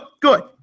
good